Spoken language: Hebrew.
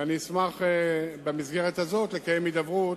ואני אשמח, במסגרת הזו, לקיים הידברות